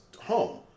home